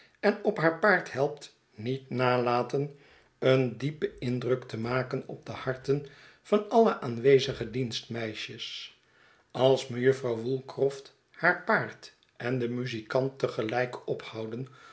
en op haar paard helpt niet nalaten een diepen indruk te maken op de harten van alle aanwezige dienstmeisjes als mejuffer woolcroft haar paard en de muzikant te gelijk ophouden